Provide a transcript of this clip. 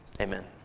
Amen